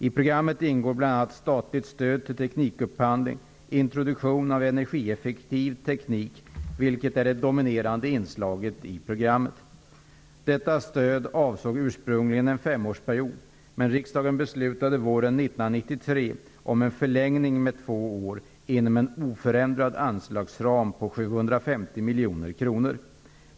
I programmet ingår bl.a. statligt stöd till teknikupphandling och introduktion av energieffektiv teknik, vilket är det dominerande inslaget i programmet. Detta stöd avsåg ursprungligen en femårsperiod, men riksdagen beslutade våren 1993 om en förlängning med två år inom en oförändrad anslagsram på 750 miljoner kronor.